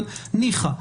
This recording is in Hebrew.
אבל ניחא.